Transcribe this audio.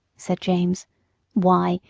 said james why,